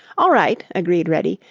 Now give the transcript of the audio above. all right, agreed reddy,